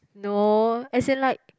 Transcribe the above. no as in like